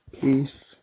Peace